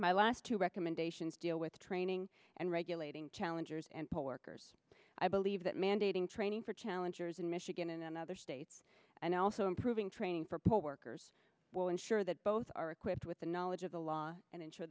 my last two recommendations deal with training and regulating challengers and poll workers i believe that mandating training for challengers in michigan and other states and also improving training for poll workers will ensure that both are equipped with the knowledge of the law and ensure